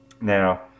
Now